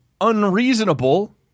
unreasonable